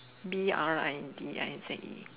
B R I D I Z E